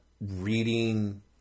reading